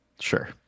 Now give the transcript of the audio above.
Sure